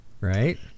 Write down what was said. Right